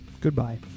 Goodbye